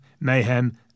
mayhem